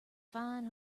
fine